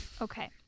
Okay